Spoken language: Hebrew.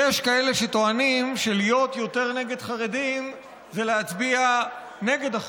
יש כאלה שטוענים שלהיות יותר נגד חרדים זה להצביע נגד החוק,